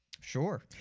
Sure